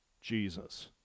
jesus